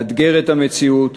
לאתגר את המציאות,